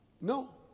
No